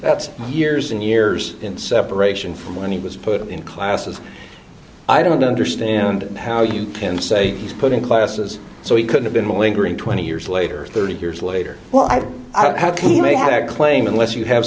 that's years and years in separation from when he was put in classes i don't understand how you can say he's put in classes so he could have been lingering twenty years later thirty years later well i have he may have a claim unless you have